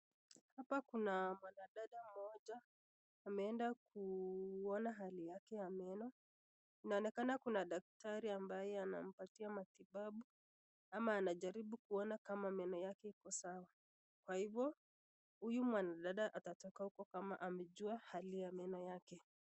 Hapa kuna wanadada mmoja ameenda kuona hali yake ya meno, inaonekana kuna daktari ambaye anampatia matibabu ama anajaribu kuona, kama meno yake iko sawa kwa hivyo huyu mwanadada atatoka huko kama amejua hali ya meno yake.